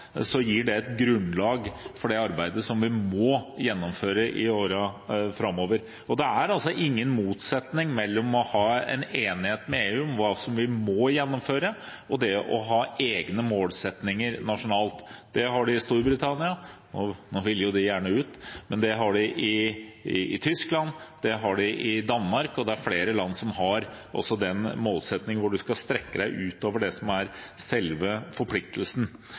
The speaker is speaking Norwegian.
gir det et grunnlag for det arbeidet som vi må gjennomføre i årene framover. Det er ingen motsetning mellom det å ha en enighet med EU om hva vi må gjennomføre, og det å ha egne målsettinger nasjonalt. Det har de i Storbritannia – nå vil jo de gjerne ut – og det har de i Tyskland, det har de i Danmark, og det er flere land som også har en målsetting hvor en skal strekke seg utover det som er selve forpliktelsen.